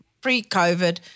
pre-COVID